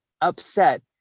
upset